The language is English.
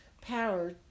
power